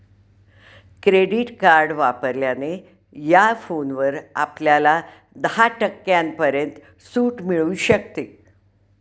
credit card वापरल्याने या फोनवर आपल्याला दहा टक्क्यांपर्यंत सूट मिळू शकते